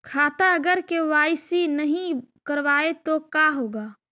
खाता अगर के.वाई.सी नही करबाए तो का होगा?